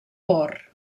bor